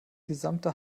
gesamte